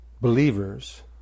believers